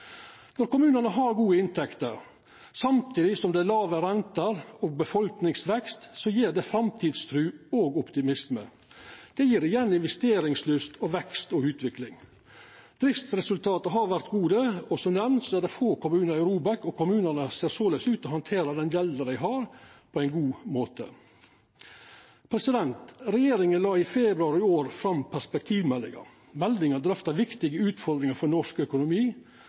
Når kommunane har gode inntekter samtidig som det er låge renter og befolkningsvekst, gjev det framtidstru og optimisme. Det gjev igjen investeringslyst, vekst og utvikling. Driftsresultata har vore gode, og som nemnt er det få kommunar i ROBEK. Kommunane ser såleis ut til å handtera den gjelda dei har, på ein god måte. Regjeringa la i februar i år fram perspektivmeldinga. Meldinga drøftar viktige utfordringar for norsk økonomi,